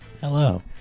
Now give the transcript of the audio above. Hello